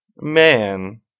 man